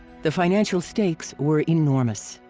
the financial stakes were enormous.